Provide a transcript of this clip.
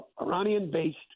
Iranian-based